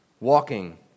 walking